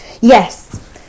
Yes